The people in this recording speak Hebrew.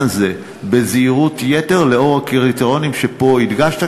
הזה בזהירות יתר לאור הקריטריונים שפה הדגשת,